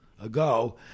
ago